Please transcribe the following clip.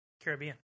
Caribbean